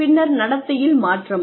பின்னர் நடத்தையில் மாற்றம்